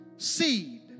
seed